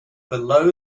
below